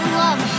love